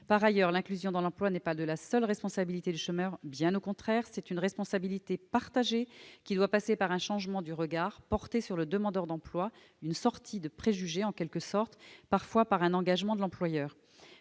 Par ailleurs, l'inclusion dans l'emploi ne relève pas de la seule responsabilité des chômeurs, bien au contraire. C'est une responsabilité partagée qui doit passer par un changement du regard porté sur le demandeur d'emploi, une sortie des préjugés en quelque sorte, parfois par un engagement de l'employeur.